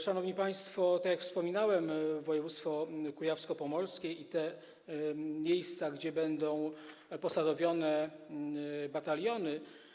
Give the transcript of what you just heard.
Szanowni państwo, tak jak wspominałem - województwo kujawsko-pomorskie i te miejsca, gdzie będą posadowione bataliony.